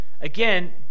again